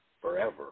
forever